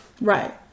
Right